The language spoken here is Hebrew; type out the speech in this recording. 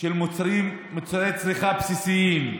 של מוצרי צריכה בסיסיים,